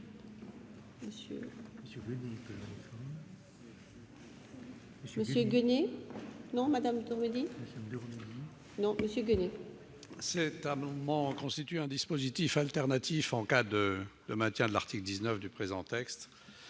Cet amendement vise à proposer un dispositif alternatif en cas de maintien de l'article 19 du présent texte.